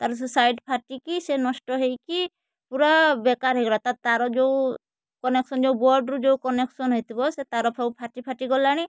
ତାର ସେ ସାଇଡ଼୍ ଫାଟିକି ସେ ନଷ୍ଟ ହେଇକି ପୁରା ବେକାର ହେଇଗଲା ତା ତାର ଯେଉଁ କନେକ୍ସନ୍ ଯେଉଁ ବୋର୍ଡ଼୍ରୁ ଯେଉଁ କନେକ୍ସନ୍ ହେଇଥିବ ସେ ତାର ସବୁ ଫାଟି ଫାଟି ଗଲାଣି